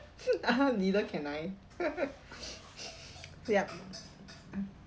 aha neither can I yup mm